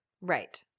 Right